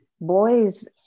boys